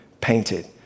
painted